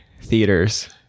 theaters